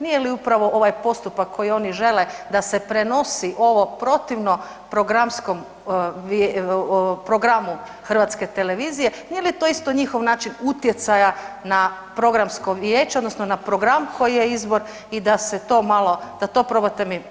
Nije li upravo ovaj postupak koji oni žele da se prenosi ovo protivno programskom, programu Hrvatske televizije nije li to isto njihov način utjecaja na programsko vijeće odnosno na program koji je izbor i da se to malo, da to probate mi objasniti.